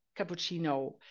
cappuccino